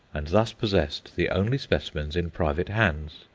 and thus possessed the only specimens in private hands.